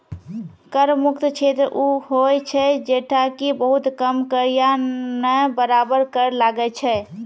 कर मुक्त क्षेत्र उ होय छै जैठां कि बहुत कम कर या नै बराबर कर लागै छै